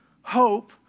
hope